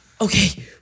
Okay